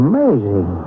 Amazing